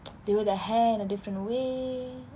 they wear their hair in a different way